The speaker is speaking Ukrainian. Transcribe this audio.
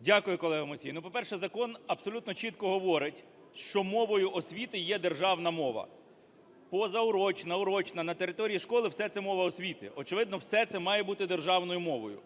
Дякую, колего, Мусій. По-перше, закон абсолютно чітко говорить, що мовою освіти є державна мова. Позаурочна, урочна, на території школи - все це мова освіти. Очевидно, все це має бути державною мовою.